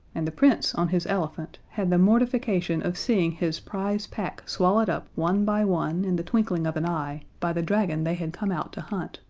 and the prince, on his elephant, had the mortification of seeing his prize pack swallowed up one by one in the twinkling of an eye, by the dragon they had come out to hunt.